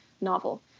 novel